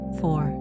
four